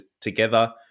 together